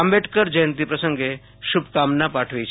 આંબેડકર જયંતિ પ્રસંગે શુભકામના પાઠવી છે